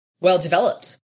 well-developed